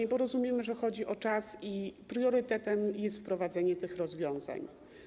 Jak rozumiem, chodzi o czas i priorytetem jest wprowadzenie tych rozwiązań.